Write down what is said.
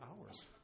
hours